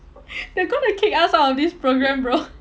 they're going to kick us out of this program bro